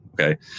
okay